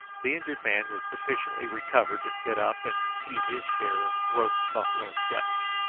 the injured man was sufficiently recovered to sit up, and eat his share of roast buffalo flesh.